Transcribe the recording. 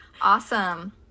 awesome